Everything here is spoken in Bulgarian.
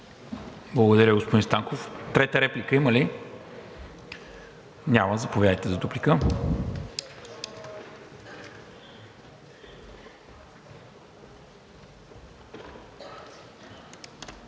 Благодаря, господин Станков. Трета реплика има ли? Няма. Заповядайте за дуплика.